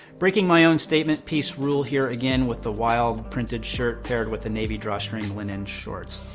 breaking my own statement piece rule here again with the wild printed shirt paired with the navy drawstring linen shorts.